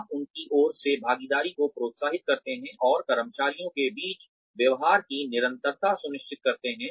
आप उनकी ओर से भागीदारी को प्रोत्साहित करते हैं और कर्मचारियों के बीच व्यवहार की निरंतरता सुनिश्चित करते हैं